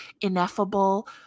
ineffable